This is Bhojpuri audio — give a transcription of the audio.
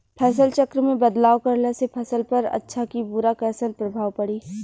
फसल चक्र मे बदलाव करला से फसल पर अच्छा की बुरा कैसन प्रभाव पड़ी?